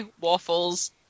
Waffles